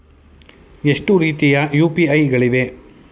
ಎಷ್ಟು ರೀತಿಯ ಯು.ಪಿ.ಐ ಗಳಿವೆ?